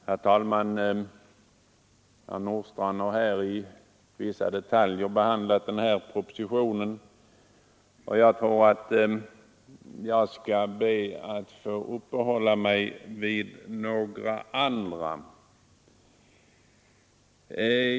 Herr talman! Herr Nordstrandh har i vissa detaljer behandlat propositionen, och jag skall nu uppehålla mig vid några andra.